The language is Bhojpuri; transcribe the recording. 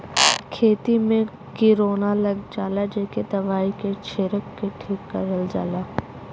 खेती में किरौना लग जाला जेके दवाई के छिरक के ठीक करल जाला